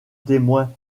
témoin